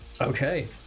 Okay